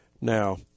Now